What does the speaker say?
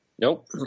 Nope